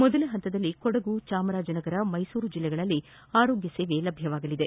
ಮೊದಲ ಪಂತದಲ್ಲಿ ಕೊಡಗು ಚಾಮರಾಜನಗರ ಮೈಸೂರು ಜಿಲ್ಲೆಗಳಲ್ಲಿ ಆರೋಗ್ಯ ಸೇವೆ ಲಭ್ಯವಾಗಲಿದೆ